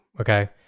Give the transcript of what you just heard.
Okay